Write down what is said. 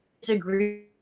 disagree